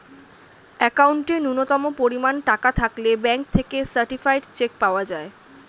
অ্যাকাউন্টে ন্যূনতম পরিমাণ টাকা থাকলে ব্যাঙ্ক থেকে সার্টিফায়েড চেক পাওয়া যায়